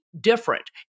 different